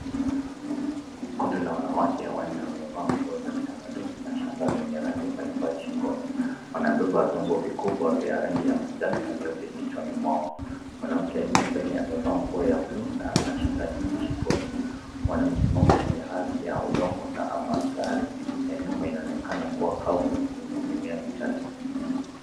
Kundi la wanawake wanne wamevaa nguo za kitamaduni na shanga zenye rangi mbalimbali shingoni. Wamebeba vitu vikubwa vya rangi ya manjano na nyeupe kichwani mwao. Mwanamke aliye mbele amevaa nguo ya buluu na ana shanga nyingi kichwani. Wamesimama kwenye ardhi ya udongo na mandhari ya nyuma inaonekana kuwa kavu yenye mimea michache.